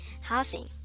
Housing